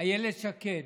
אילת שקד?